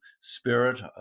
spirit